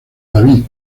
david